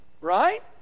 right